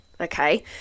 Okay